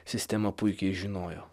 sistema puikiai žinojo